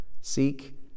Seek